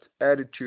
attitude